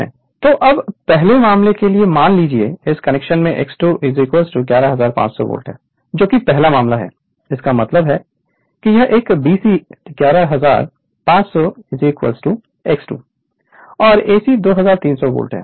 Refer Slide Time 1203 तो अब पहले मामले के लिए मान लीजिए इस कनेक्शन में X2 11500 बोल्ट है जो कि पहला मामला है इसका मतलब है कि यह एक BC 11500 X2 और AC 2300 वोल्ट है